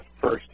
first